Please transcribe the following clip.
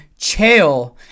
Chael